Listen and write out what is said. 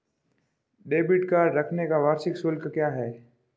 Debit card रखने का वार्षिक शुल्क क्या है?